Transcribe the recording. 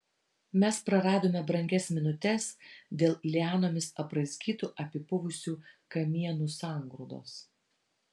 mes praradome brangias minutes dėl lianomis apraizgytų apipuvusių kamienų sangrūdos